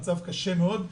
מצב קשה מאוד.